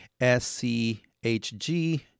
SCHG